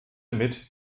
mit